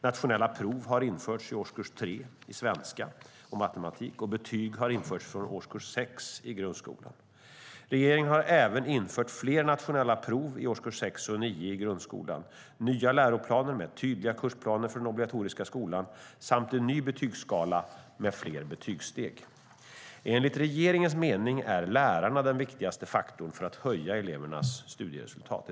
Nationella prov i svenska och matematik har införts i årskurs 3, och betyg har införts från årskurs 6 i grundskolan. Regeringen har även infört fler nationella prov i årskurs 6 och 9 i grundskolan, nya läroplaner med tydliga kursplaner för den obligatoriska skolan samt en ny betygsskala med fler betygssteg. Enligt regeringens mening är lärarna den viktigaste faktorn för att höja elevernas studieresultat.